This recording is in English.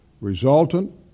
Resultant